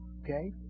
Okay